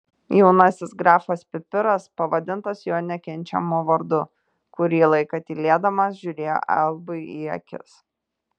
jaunasis grafas pipiras pavadintas jo nekenčiamu vardu kurį laiką tylėdamas žiūrėjo albui į akis